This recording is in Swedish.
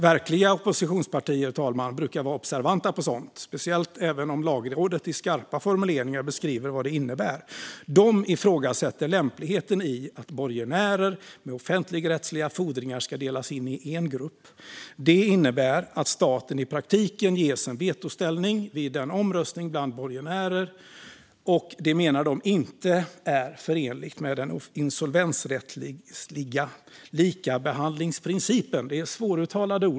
Verkliga oppositionspartier brukar vara observanta på sådant, fru talman, även om Lagrådet i skarpa formuleringar beskriver vad det innebär. De ifrågasätter lämpligheten i att borgenärer med offentligrättsliga fordringar ska delas in i en grupp. Det innebär att staten i praktiken ges en vetoställning i en omröstning bland borgenärer. De menar att detta inte är förenligt med den insolvensrättsliga likabehandlingsprincipen.